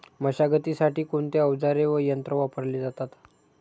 मशागतीसाठी कोणते अवजारे व यंत्र वापरले जातात?